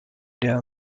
der